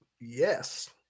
Yes